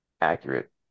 accurate